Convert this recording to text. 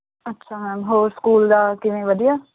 ਅੱਛਾ ਮੈਮ ਹੋਰ ਸਕੂਲ ਦਾ ਕਿਵੇਂ ਵਧੀਆ